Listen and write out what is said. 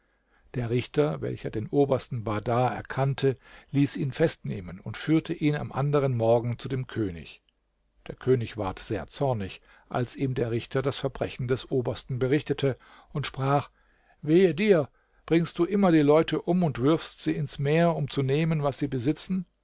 der richter welcher den obersten bahdar erkannte ließ ihn festnehmen und führte ihn am anderen morgen zu dem könig der könig ward sehr zornig als ihm der richter das verbrechen des obersten berichtete und sprach wehe dir bringst du immer die leute um und wirfst sie ins meer um zu nehmen was sie besitzen